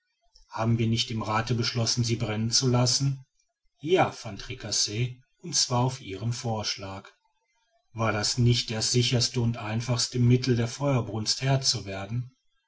haben wir nicht im rathe beschlossen sie brennen zu lassen ja van tricasse und zwar auf ihren vorschlag war das nicht das sicherste und einfachste mittel der feuersbrunst herr zu werden